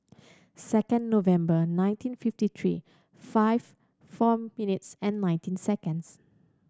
second November nineteen fifty three five four minutes and nineteen seconds